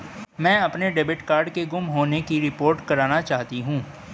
मैं अपने debit card के गुम होने की रिपोर्ट करना चाहती हूँ